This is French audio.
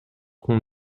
qu’on